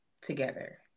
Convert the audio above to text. together